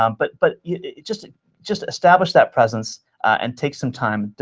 um but but yeah just just establish that presence and take some time.